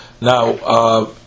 Now